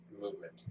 movement